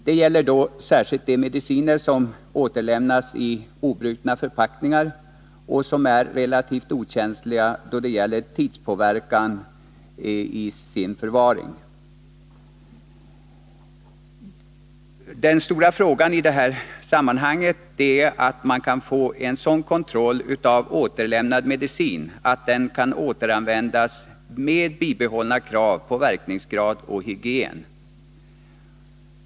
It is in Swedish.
Det gäller särskilt de mediciner som återlämnas i obrutna förpackningar och som är relativt okänsliga för tidspåverkan då det gäller förvaringen. Den stora frågan i det här sammanhanget är om man kan få en sådan kontroll av återlämnad medicin att den kan återanvändas med bibehållna krav på verkningsgrad och hygien.